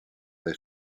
dai